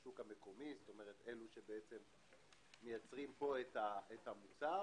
במיוחד מהשוק המקומי, אלה שמייצרים פה את המוצר,